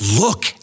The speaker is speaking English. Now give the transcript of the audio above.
look